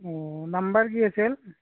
অঁ নাম্বাৰ কি আছিল